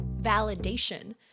validation